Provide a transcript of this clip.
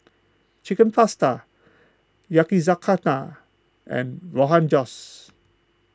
Chicken Pasta Yakizakana and Rogan Josh